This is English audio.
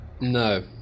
No